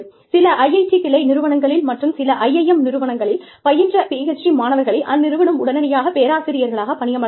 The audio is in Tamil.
சில IIT கிளை நிறுவனங்களில் மற்றும் சில IIM நிறுவனங்களில் பயின்ற phD மாணவர்களை அந்நிறுவனம் உடனடியாக பேராசிரியர்களாக பணியமர்த்தாது